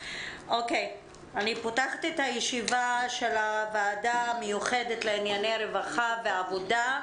אני פותחת את הישיבה של הוועדה המיוחדת לענייני רווחה ועבודה.